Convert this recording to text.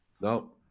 No